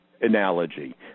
Analogy